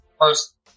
first